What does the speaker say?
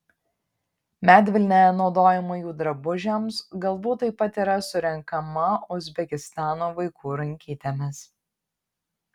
medvilnė naudojama jų drabužiams galbūt taip pat yra surenkama uzbekistano vaikų rankytėmis